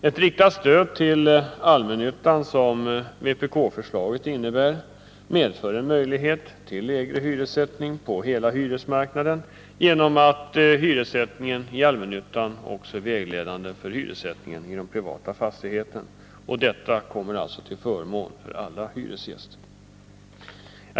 Ett riktat stöd till allmännyttan, som vpk-förslaget innebär, medför en möjlighet till lägre hyressättning på hela hyresmarknaden, genom att hyressättningen i allmännyttan också är vägledande för hyressättningen i de privata fastigheterna. Det blir alltså till förmån för alla hyresgäster.